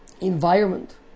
environment